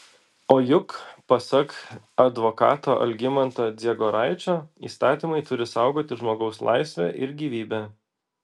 o juk pasak advokato algimanto dziegoraičio įstatymai turi saugoti žmogaus laisvę ir gyvybę